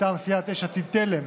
מטעם סיעת יש עתיד-תל"ם: